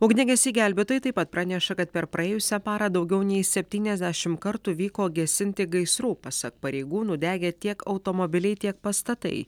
ugniagesiai gelbėtojai taip pat praneša kad per praėjusią parą daugiau nei septyniasdešimt kartų vyko gesinti gaisrų pasak pareigūnų degė tiek automobiliai tiek pastatai